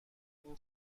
این